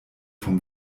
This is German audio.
vom